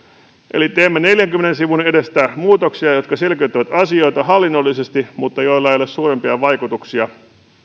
eli teemme neljänkymmenen sivun edestä muutoksia jotka selkeyttävät asioita hallinnollisesti mutta joilla ei ole suurempia vaikutuksia